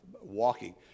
walking